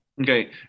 Okay